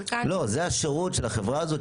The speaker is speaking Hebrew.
חלקן --- זהו השירות של החברה הזו,